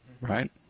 right